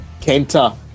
Kenta